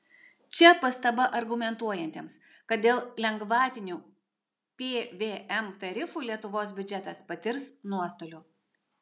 čia pastaba argumentuojantiems kad dėl lengvatinių pvm tarifų lietuvos biudžetas patirs nuostolių